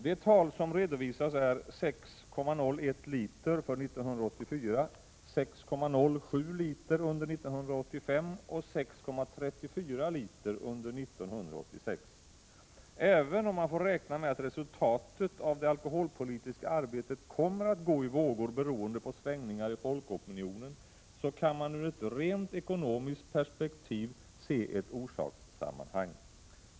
De tal som redovisas är 6,01 liter för 1984, 6,07 liter under 1985 och 6,34 liter under 1986. Även om man får räkna med att resultatet av det alkoholpolitiska arbetet kommer att gå i vågor beroende på svängningar i folkopinionen, kan man ur ett rent ekonomiskt perspektiv se ett orsakssammanhang.